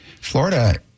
Florida